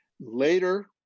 later